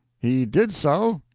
he did so,